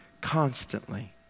constantly